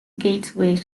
gateway